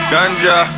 Ganja